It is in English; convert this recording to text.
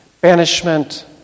banishment